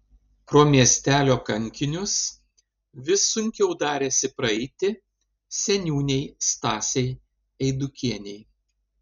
pro miestelio kankinius vis sunkiau darėsi praeiti seniūnei stasei eidukienei